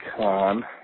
Con